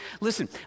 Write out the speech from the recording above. Listen